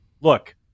Look